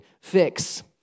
fix